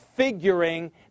Figuring